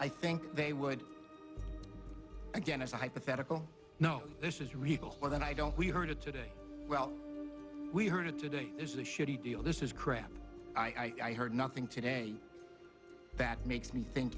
i think they would again as a hypothetical know this is regal more than i don't we heard it today well we heard it today is a shitty deal this is crap i heard nothing today that makes me think